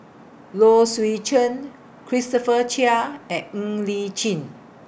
Low Swee Chen Christopher Chia and Ng Li Chin